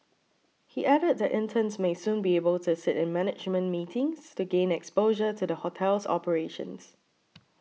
he added that interns may soon be able to sit in management meetings to gain exposure to the hotel's operations